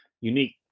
unique